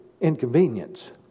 inconvenience